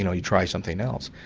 you know, you try something else.